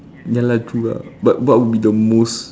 ya lah true lah but what would be the most